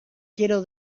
quiero